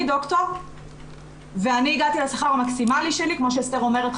אני דוקטור ואני הגעתי לשכר המקסימלי שלי כמו שאסתר אומרת,